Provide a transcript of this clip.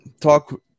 talk